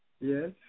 Yes